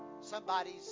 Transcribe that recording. somebody's